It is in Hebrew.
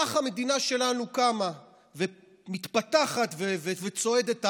כך המדינה שלנו קמה ומתפתחת וצועדת הלאה.